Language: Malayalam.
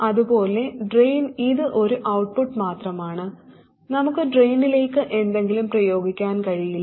അതുപോലെ ഡ്രെയിൻ ഇത് ഒരു ഔട്ട്പുട്ട് മാത്രമാണ് നമുക്ക് ഡ്രെയിനിലേക്ക് എന്തെങ്കിലും പ്രയോഗിക്കാൻ കഴിയില്ല